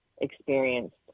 experienced